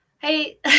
Hey